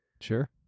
Sure